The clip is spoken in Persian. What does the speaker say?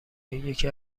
یکی